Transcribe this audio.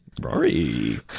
Rory